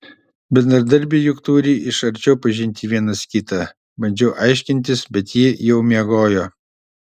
bendradarbiai juk turi iš arčiau pažinti vienas kitą bandžiau aiškintis bet ji jau miegojo